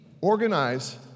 organize